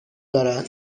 دارند